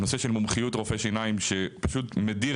הנושא של מומחיות רופאי שיניים שפשוט מדיר